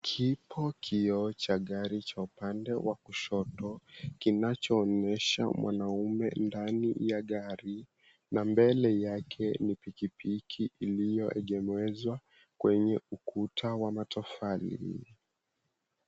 Kipo kioo cha gari cha upande wa kushoto kinachoonesha mwanaume ndani ya gari na mbele yake ni pikipiki iliyoegemezwa kwenye ukuta wa matofali.